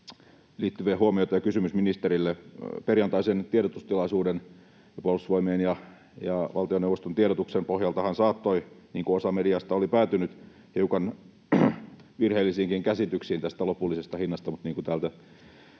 liittyviä huomioita ja kysymys ministerille: Perjantaisen tiedotustilaisuuden ja Puolustusvoimien ja valtioneuvoston tiedotuksen pohjaltahan saattoi päätyä, niin kuin osa mediasta päätyi, hiukan virheellisiinkin käsityksiin tästä lopullisesta hinnasta,